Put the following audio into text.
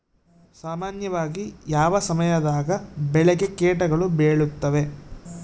ಸಾಮಾನ್ಯವಾಗಿ ಯಾವ ಸಮಯದಾಗ ಬೆಳೆಗೆ ಕೇಟಗಳು ಬೇಳುತ್ತವೆ?